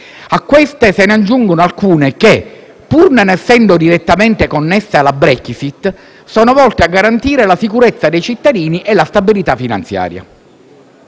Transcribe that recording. A queste se ne aggiungono alcune che, pur non essendo direttamente connesse alla Brexit, sono volte a garantire la sicurezza dei cittadini e la stabilità finanziaria.